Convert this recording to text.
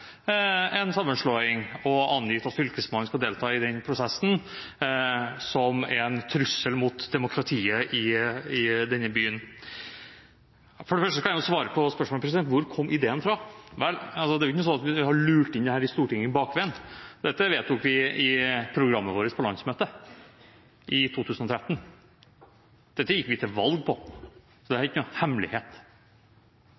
en sammenslåing og angi at Fylkesmannen skal delta i den prosessen, som en trussel mot demokratiet i denne byen. For det første kan jeg svare på spørsmålet om hvor ideen kom fra. Vel, det er ikke sånn at vi har lurt inn dette i Stortinget bakveien. Dette vedtok vi i programmet vårt på landsmøtet i 2013. Dette gikk vi til valg på, så dette er ikke noen hemmelighet. Og det var ikke